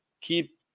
Keep